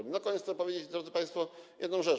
Na koniec chcę powiedzieć, drodzy państwo, jedną rzecz.